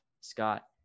Scott